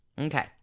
Okay